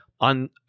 On